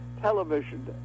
Television